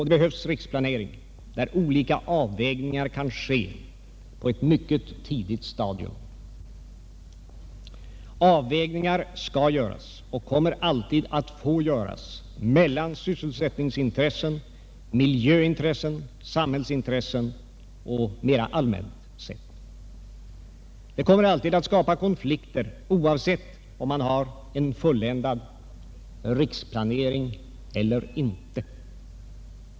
Det behövs riksplanering, där olika avvägningar kan ske på ett mycket tidigt stadium. Avvägningar skall göras och kommer alltid att få göras mellan sysselsättningsintressen, miljöintressen och samhällsintressen, mera allmänt sett. Det kommer alltid att skapa konflikter, oavsett om man har en fulländad riksplanering eller inte.